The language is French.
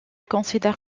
considère